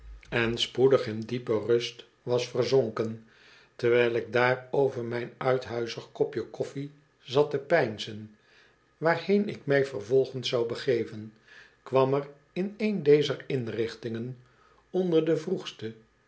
en spoedig in diepe rust was verzonken terwijl ik daar over mijn uithuizig kopje koffie zatte peinzen waarheen ik mij vervolgens zou begeven kwam er in een dezer inlichtingen onder de vroegste